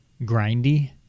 grindy